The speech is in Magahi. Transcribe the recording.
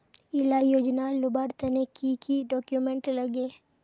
इला योजनार लुबार तने की की डॉक्यूमेंट लगे?